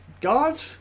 God